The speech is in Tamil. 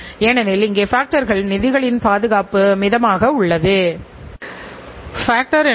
ஏனெனில் எல்லோரும் சேவைகளை உருவாக்குகிறார்கள்